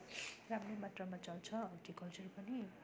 राम्रै मात्रमा चल्छ हर्टिकल्चर पनि